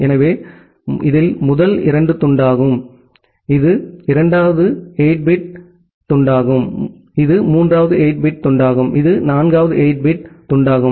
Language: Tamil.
எனவே இது முதல் துண்டாகும் இது இரண்டாவது 8 பிட் துண்டாகும் இது மூன்றாவது 8 பிட் துண்டாகும் இது நான்காவது 8 பிட் துண்டாகும்